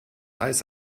eis